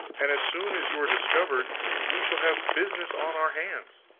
and as soon as you are discovered we shall have business on our hands.